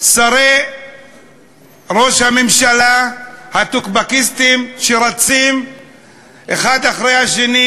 שרי ראש הממשלה הטוקבקיסטים שרצים האחד אחרי השני